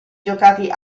giocati